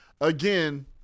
Again